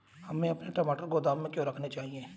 हमें अपने टमाटर गोदाम में क्यों रखने चाहिए?